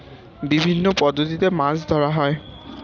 বিভিন্ন পদ্ধতিতে মাছ ধরা হয়